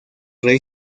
rey